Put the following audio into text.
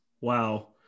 wow